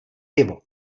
pivo